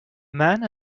man